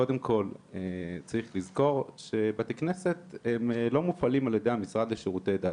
קודם כל צריך לזכור שבתי כנסת הם לא מופעלים על ידי המשרד לשירות דת.